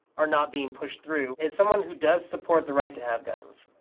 are not being pushed through. as someone who does support the right to have guns,